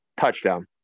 touchdown